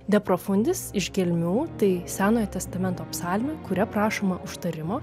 de profundis iš gelmių tai senojo testamento psalmė kuria prašoma užtarimo